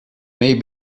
may